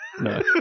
No